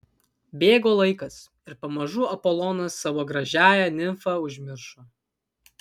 bėgo laikas ir pamažu apolonas savo gražiąją nimfą užmiršo